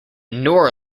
nor